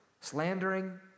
slandering